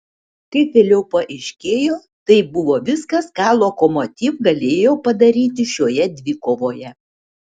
kaip vėliau paaiškėjo tai buvo viskas ką lokomotiv galėjo padaryti šioje dvikovoje